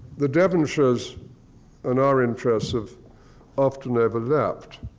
the devonshire's and our interests have often overlapped.